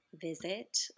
visit